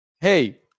Hey